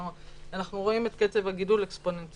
כלומר, אנחנו רואים את קצב הגידול אקספוננציאלי.